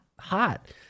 hot